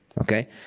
Okay